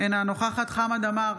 אינה נוכחת חמד עמאר,